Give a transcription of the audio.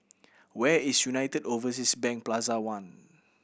where is United Overseas Bank Plaza One